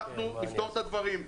ואנחנו נפתור את הדברים.